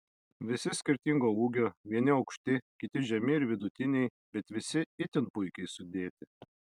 visi skirtingo ūgio vieni aukšti kiti žemi ir vidutiniai bet visi itin puikiai sudėti